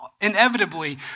inevitably